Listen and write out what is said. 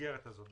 המסגרת הזאת.